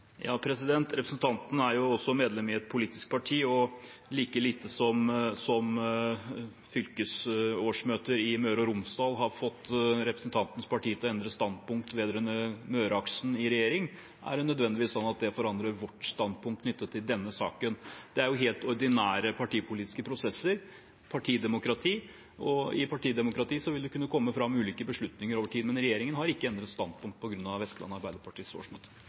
Representanten er også medlem i et politisk parti, og like lite som fylkesårsmøtet i Møre og Romsdal har fått representantens parti til å endre standpunkt vedrørende Møreaksen i regjering, er det nødvendigvis sånn at det forandrer vårt standpunkt knyttet til denne saken. Det er helt ordinære partipolitiske prosesser, partidemokrati, og i partidemokrati vil det kunne komme fram ulike beslutninger over tid. Men regjeringen har ikke endret standpunkt på grunn av Vestland Arbeiderpartis årsmøte.